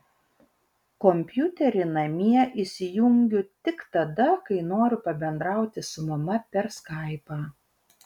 kompiuterį namie įsijungiu tik tada kai noriu pabendrauti su mama per skaipą